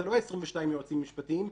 זה לא 22 יועצים משפטיים,